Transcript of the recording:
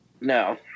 no